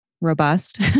robust